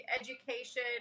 education